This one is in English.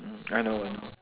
mm I know I know